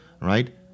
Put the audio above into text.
right